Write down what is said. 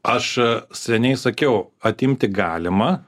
aš seniai sakiau atimti galima